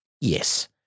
Yes